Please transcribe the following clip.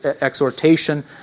exhortation